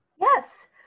Yes